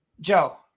Joe